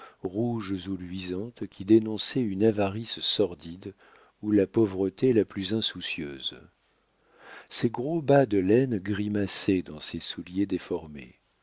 rouges ou luisantes qui dénonçaient une avarice sordide ou la pauvreté la plus insoucieuse ses gros bas de laine grimaçaient dans ses souliers déformés